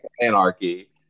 anarchy